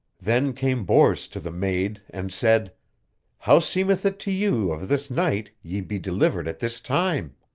then came bors to the maid and said how seemeth it to you of this knight ye be delivered at this time?